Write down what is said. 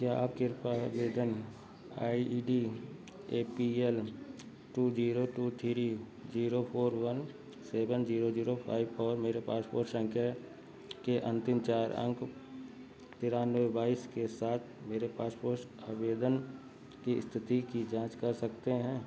क्या आप कृपया आवेदन I D A P L two zero two three zero four one seven zero zero five four मेरी passport सँख्या के अन्तिम चार अंक तेरानवे बाइस के साथ मेरे पासपोर्ट आवेदन की ईस्थिति की जाँच कर सकते हैं